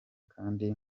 kandi